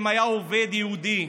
אם היה עובד יהודי,